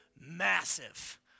massive